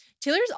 Taylor's